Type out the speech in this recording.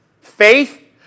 Faith